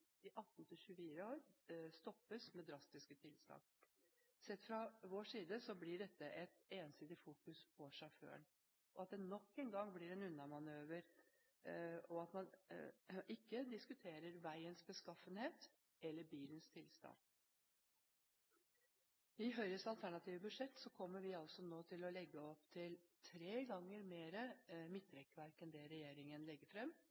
i alderen 18–24 år stoppes med drastiske tiltak. Sett fra vår side blir dette et ensidig fokus på sjåføren. Det blir nok en gang en unnamanøver og at man ikke diskuterer veiens beskaffenhet eller bilens tilstand. I Høyres alternative budsjett kommer vi nå til å legge opp til tre ganger mer midtrekkverk enn det regjeringen legger